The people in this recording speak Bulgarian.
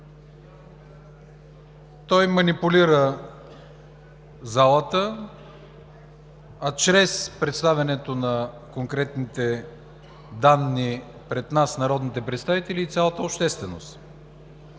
Той манипулира залата, а чрез представянето на конкретните данни пред нас – народните представители, и цялата общественост,